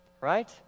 right